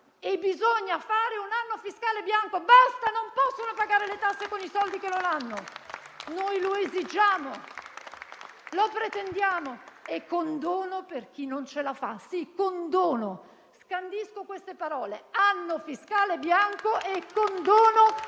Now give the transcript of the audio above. e bisogna fare un anno fiscale bianco. Basta, non possono pagare le tasse con i soldi che non hanno. Noi lo esigiamo. Lo pretendiamo. E poi condono per chi non ce la fa. Sì, condono. Scandisco queste parole: anno fiscale bianco e condono